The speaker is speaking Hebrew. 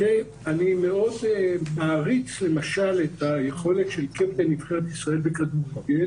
אני מאוד מעריץ למשל את היכולת של קפטן נבחרת ישראל בכדורגל